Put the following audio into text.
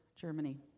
Germany